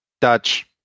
Dutch